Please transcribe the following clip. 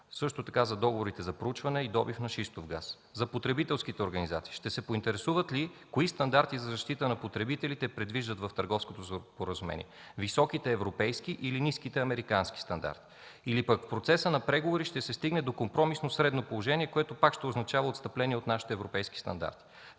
Също така за договорите за проучване и добив на шистов газ. За потребителските организации: ще се поинтересуват ли кои стандарти за защита на потребителите се предвиждат в търговското споразумение – високите европейски или ниските американски стандарти? Или в процеса на преговори ще се стигне до компромисно средно положение, което пак ще означава отстъпление от нашите европейски стандарти.